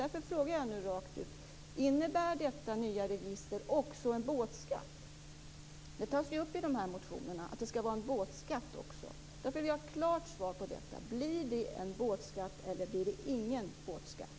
Därför frågar jag nu rakt ut: Innebär detta nya register också en båtskatt? Det tas ju upp i motionerna att det skall vara en båtskatt också. Därför vill jag ha ett klart svar på detta: Blir det en båtskatt eller blir det ingen båtskatt?